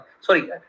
Sorry